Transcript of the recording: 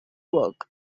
work